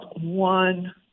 one